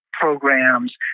programs